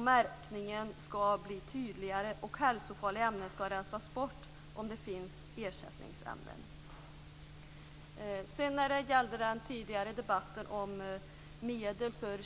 märkningen ska bli tydligare och hälsofarliga ämnen ska rensas bort om det finns ersättningsämnen.